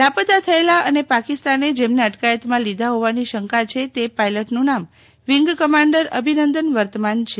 લાપતા થયેલા અને પાકિસ્તાને જેમને અટકાયતમાં લીધા હોવાની શંકા છે જે પાયલટનું નામ વિંગ કમાંડર અભિનંદન વર્તમાન છે